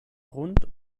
rund